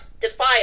defy